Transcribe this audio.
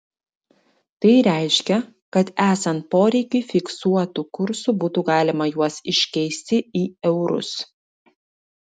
tai reiškia kad esant poreikiui fiksuotu kursu būtų galima juos iškeisti į eurus